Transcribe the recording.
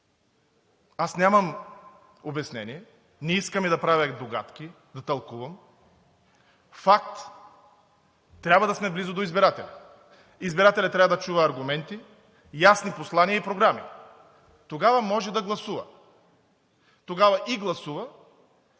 Аз нямам обяснение, не искам и да правя догадки, да тълкувам. Факт – трябва да сме близо до избирателите, избирателят трябва да чува аргументи, ясни послания и програми. Тогава може да гласува, тогава и гласува.